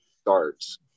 starts